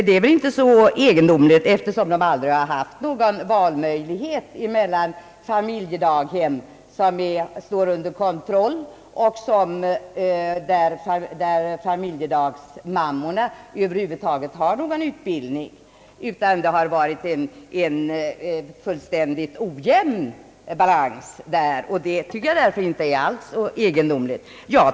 Det är väl inte så egendomligt, eftersom de aldrig har haft någon möjlighet att välja familjedaghem som står under kontroll och där familjedagmammorna har någon utbildning. Det finns ingen balans i utbudet på det här området, och därför är svaret ganska förklarligt.